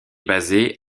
basée